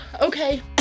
Okay